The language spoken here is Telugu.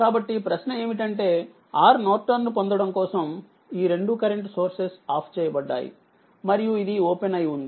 కాబట్టి ప్రశ్న ఏమిటంటే RNను పొందడం కోసంఈ రెండుకరెంట్ సోర్సెస్ ఆఫ్ చేయబడ్డాయి మరియు ఇది ఓపెన్ అయి ఉంది